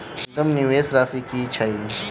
न्यूनतम निवेश राशि की छई?